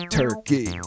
turkey